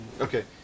Okay